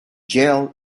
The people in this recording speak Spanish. yale